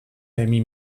demi